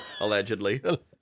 allegedly